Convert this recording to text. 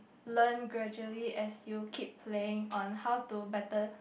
learn gradually as you keep playing on how to better